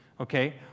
okay